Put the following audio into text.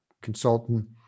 consultant